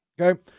Okay